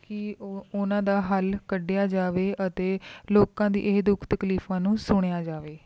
ਕਿ ਉਹ ਉਨ੍ਹਾਂ ਦਾ ਹੱਲ ਕੱਢਿਆ ਜਾਵੇ ਅਤੇ ਲੋਕਾਂ ਦੀ ਇਹ ਦੁੱਖ ਤਕਲੀਫ਼ਾਂ ਨੂੰ ਸੁਣਿਆ ਜਾਵੇ